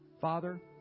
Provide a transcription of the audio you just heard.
Father